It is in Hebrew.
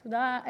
תודה,